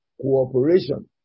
cooperation